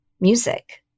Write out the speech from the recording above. music